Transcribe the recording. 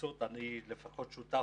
אני שותף,